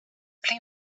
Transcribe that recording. pli